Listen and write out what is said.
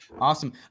Awesome